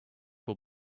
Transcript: will